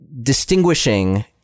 distinguishing